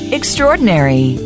extraordinary